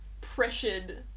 pressured